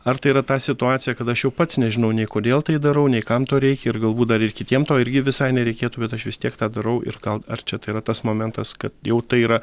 ar tai yra ta situacija kada aš jau pats nežinau nei kodėl tai darau nei kam to reikia ir galbūt dar ir kitiem to irgi visai nereikėtų bet aš vis tiek tą darau ir gal ar čia tai yra tas momentas jau tai yra